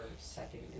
second